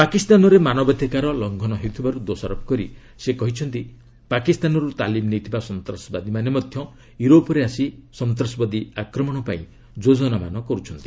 ପାକିସ୍ତାନରେ ମାନବାଧିକାର ଲଙ୍ଘନ ହେଉଥିବାରୁ ଦୋଷାରୋପ କରି ସେ କହିଛନ୍ତି ପାକିସ୍ତାନରୁ ତାଲିମ ନେଇଥିବା ସନ୍ତାସବାଦୀମାନେ ମଧ୍ୟ ୟୁରୋପରେ ଆସି ସନ୍ତାସବାଦୀ ଆକ୍ରମଣ ପାଇଁ ଯୋଜନାମାନ କରିଛନ୍ତି